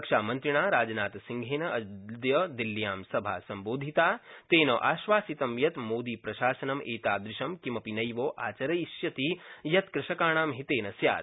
रक्षामन्त्रिणा राजनाथसिंहेन अद्य दिल्ल्यां सभा संबोधिता तेन आश्वासितं यत् मोदीप्रशासनं एतादृशं किमपि नैव आचरिष्यति यत् कृषकाणां हिते न स्यात्